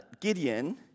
Gideon